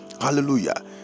Hallelujah